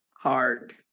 hard